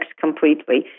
completely